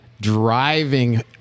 driving